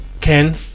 Ken